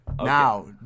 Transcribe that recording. Now